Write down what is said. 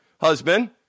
husband